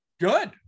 good